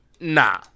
nah